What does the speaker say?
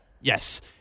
Yes